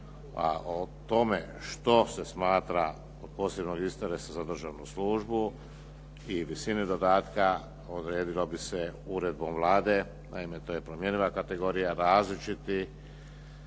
o tome što se smatra od posebnog interesa za državnu službu i visine dodatka odredilo bi se uredbom Vlade, naime to je promjenjiva kategorija, različiti